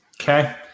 Okay